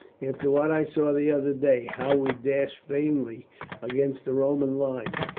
after what i saw the other day how we dashed vainly against the roman line.